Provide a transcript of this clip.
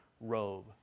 robe